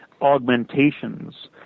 augmentations